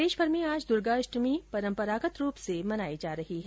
प्रदेशमर में आज दुर्गाष्टमी परम्परागत रूप से मनाई जा रही है